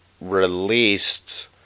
released